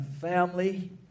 family